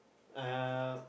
uh